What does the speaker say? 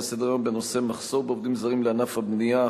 לסדר-היום בנושא: מחסור בעובדים זרים לענף הבנייה,